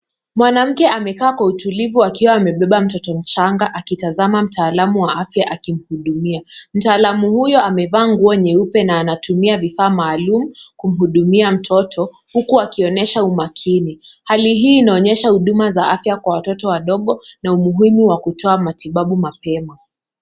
Mwanamke amekaa kwa utulivu akiwa amebeba mtoto mchanga akitazama mtaalamu wa afya akimhudumia. Mtaalamu huyu amevaa nguo nyeupe na anatumia vifaa maalum kumhudumia mtoto huku akionesha umakini. Hali hii inaonyesha huduma za afya kwa watoto na umuhimu wa kutoa matibabu mapema.